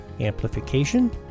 amplification